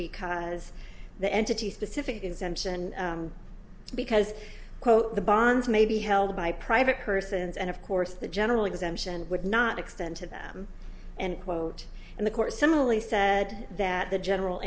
because the entity specific exemption because the bonds may be held by private persons and of course the general exemption would not extend to them and quote in the course similarly said that the general